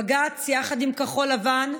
בג"ץ, יחד עם כחול לבן,